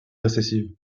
récessive